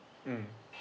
mm